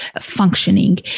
functioning